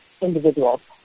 individuals